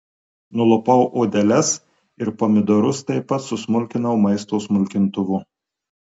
nulupau odeles ir pomidorus taip pat susmulkinau maisto smulkintuvu